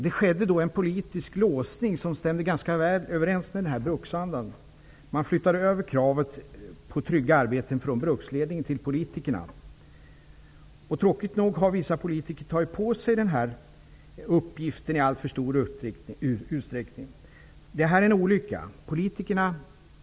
Det skedde då en politisk låsning, som stämde ganska väl överens med bruksandan. Man flyttade över kravet på trygga arbeten från bruksledningen till politikerna. Tråkigt nog har vissa politiker tagit på sig den uppgiften i alltför stor utsträckning. Det här är en olycka.